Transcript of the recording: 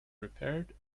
repaired